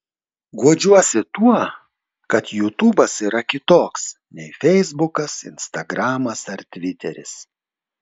guodžiuosi tuo kad jutubas yra kitoks nei feisbukas instagramas ar tviteris